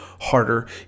harder